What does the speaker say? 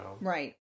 Right